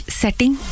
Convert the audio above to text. setting